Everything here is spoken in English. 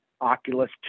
Oculus